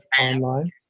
online